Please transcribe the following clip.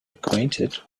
acquainted